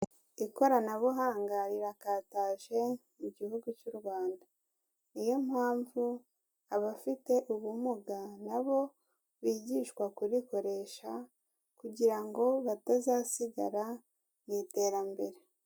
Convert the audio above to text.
Ikoranabuhanga rirakataje mu igihugu cy'u Rwanda. Ni yo mpamvu abafite ubumuga nabo bigishwa kurikoresha kugira ngo batazasigara mu iterambere.